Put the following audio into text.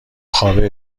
خوابه